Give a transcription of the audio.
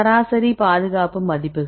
சராசரி பாதுகாப்பு மதிப்புகள்